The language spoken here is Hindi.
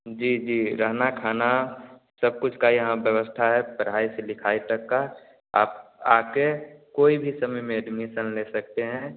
जी जी रहना खाना सब कुछ की यहाँ व्यवस्था है पढ़ाई से लिखाई तक का आप आकर कोई भी समय में एडमिसन ले सकते हैं